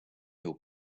your